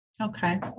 okay